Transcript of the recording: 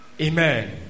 Amen